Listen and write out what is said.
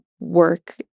work